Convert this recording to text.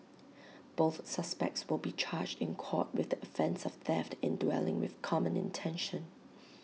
both suspects will be charged in court with the offence of theft in dwelling with common intention